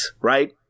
right